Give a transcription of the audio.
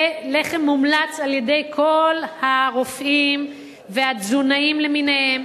זה לחם מומלץ על-ידי כל הרופאים והתזונאים למיניהם.